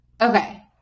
Okay